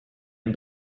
and